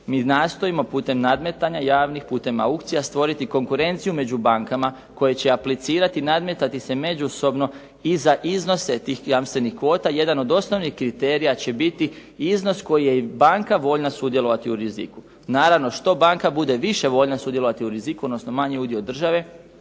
mi nastojimo putem nadmetanja javnih, putem aukcija stvoriti konkurenciju među bankama koje će aplicirati i nadmetati se međusobno i za iznose tih jamstvenih kvota. Jedan od osnovnih kriterija će biti iznos koji je i banka voljna sudjelovati u riziku. Naravno, što banka bude više voljan sudjelovati u riziku, odnosno manji udio države